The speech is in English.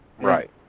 right